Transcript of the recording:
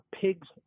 pigs